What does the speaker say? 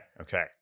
okay